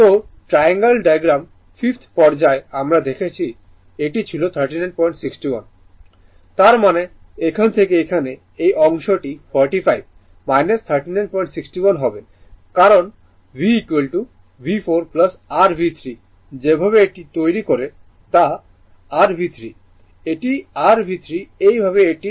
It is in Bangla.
তো ট্রায়াঙ্গল ডায়াগ্রামের 5th পর্যায়ে আমরা দেখেছি এটি ছিল 3961 তার মানে এখান থেকে এখানে এই অংশটি 45 3961 হবে কারণ VV4 r V3 যেভাবে এটি তৈরি করে তা r V3 এটি r V3 এই ভাবে এটি নিতে হবে এটি খুব আকর্ষণীয় সমস্যা